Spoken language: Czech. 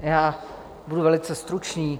Já budu velice stručný.